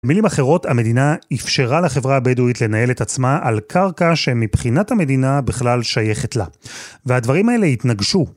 במילים אחרות, המדינה אפשרה לחברה הבדואית לנהל את עצמה על קרקע שמבחינת המדינה בכלל שייכת לה, והדברים האלה התנגשו.